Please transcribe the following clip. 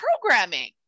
programming